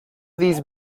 these